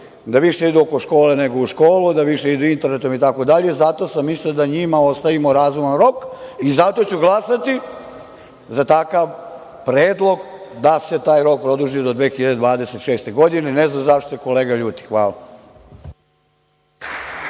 da više idu oko škole, nego u školu, da više internetom idt. Zato sam mislio da njima ostavim razuman rok i zato ću glasati za takav predlog da se taj rok produži do 2026. godine. Ne znam zašto se kolega ljuti. Hvala.